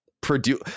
produce